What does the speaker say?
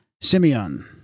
Simeon